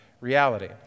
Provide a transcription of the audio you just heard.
reality